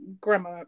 grandma